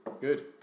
Good